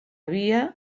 via